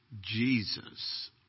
Jesus